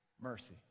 Mercy